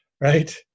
right